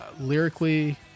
Lyrically